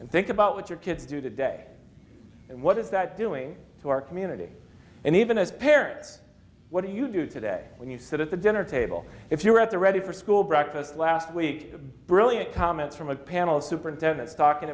and think about what your kids do today and what is that doing to our community and even as parents what do you do today when you sit at the dinner table if you were at the ready for school breakfast last week brilliant comments from a panel superintendents talking